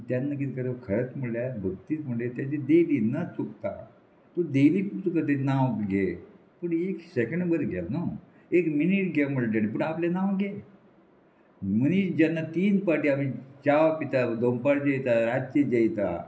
जेन्ना कितें करप खरेंच म्हणल्यार भक्तीत म्हणजे तेजी देली न चुकता पूण देली पूण तुका ते नांव घे पूण एक सेकेंड बरें घे न्हू एक मिनीट घे म्हळ्या तेणी पूण आपलें नांव घे मनीस जेन्ना तीन पार्टी आमी चाव पिता दोन पाटी जयता रातचे जयता